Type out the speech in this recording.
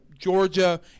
Georgia